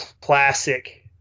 classic